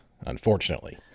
unfortunately